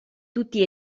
tutti